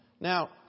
Now